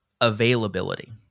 Availability